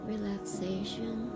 Relaxation